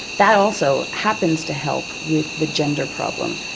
that also happens to help with the gender problem.